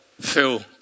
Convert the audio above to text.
Phil